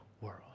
world